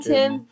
Tim